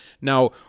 Now